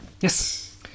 Yes